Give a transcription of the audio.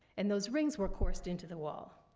and those rings were coursed into the wall.